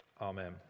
Amen